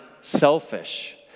selfish